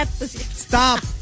Stop